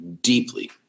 deeply